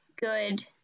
good